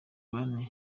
bane